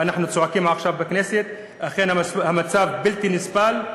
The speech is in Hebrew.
ואנחנו צועקים עכשיו בכנסת: אכן המצב בלתי נסבל,